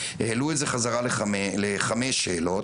העלו את זה לחמש שאלות,